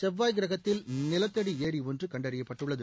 செவ்வாய் கிரகத்தில் நிலத்தடி ஏரி ஒன்று கண்டறியப்பட்டுள்ளது